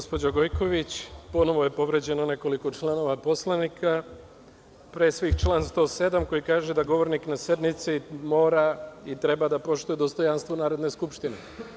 Gospođo Gojković, ponovo je povređeno nekoliko članova Poslovnika, a pre svih član 107. koji kaže da govornik na sednici mora i treba da poštuje dostojanstvo Narodne skupštine.